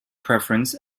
preference